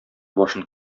башын